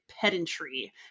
Pedantry